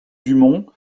dumont